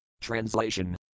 Translation